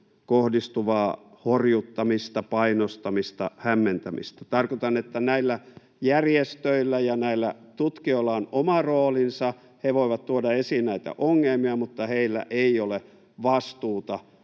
kohdistuvaa horjuttamista, painostamista, hämmentämistä. Tarkoitan, että näillä järjestöillä ja näillä tutkijoilla on oma roolinsa, he voivat tuoda esiin näitä ongelmia, mutta heillä ei ole vastuuta